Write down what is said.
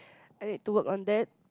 I need to work on that